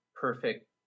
perfect